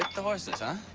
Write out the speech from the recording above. the horses, huh?